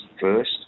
first